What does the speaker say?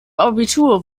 abitur